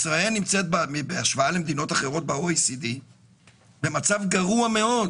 ישראל נמצאת בהשוואה למדינות אחרות ב-OECD במצב גרוע מאוד